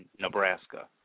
Nebraska